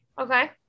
Okay